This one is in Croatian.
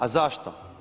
A zašto?